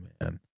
man